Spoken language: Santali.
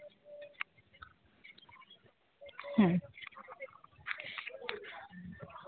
ᱦᱩᱸ